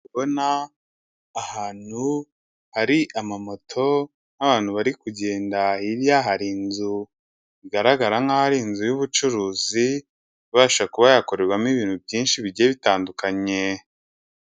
Ndi kubona ahantu hari amamoto nk'abantu bari kugenda, hirya hari inzu bigaragara nkaho ari inzu y'ubucuruzi ibasha kuba yakorerwamo ibintu byinshi bigiye bitandukanye.